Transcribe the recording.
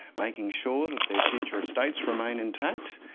making sure that their future estates remain intact.